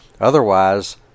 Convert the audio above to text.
Otherwise